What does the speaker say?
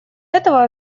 этого